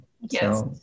Yes